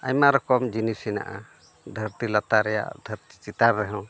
ᱟᱭᱢᱟ ᱨᱚᱠᱚᱢ ᱡᱤᱱᱤᱥ ᱢᱮᱱᱟᱜᱼᱟ ᱫᱷᱟᱹᱨᱛᱤ ᱞᱟᱛᱟᱨ ᱨᱮᱭᱟᱜ ᱫᱷᱟᱹᱨᱛᱤ ᱪᱮᱛᱟᱱ ᱨᱮᱦᱚᱸ